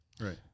right